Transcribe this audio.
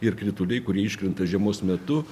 ir krituliai kurie iškrenta žiemos metu